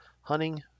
hunting